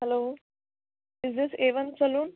hello is this a one salon